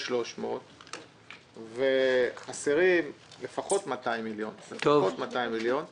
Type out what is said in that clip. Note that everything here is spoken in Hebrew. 300 מיליון שקל וחסרים לפחות 200 מיליון שקל.